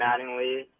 Mattingly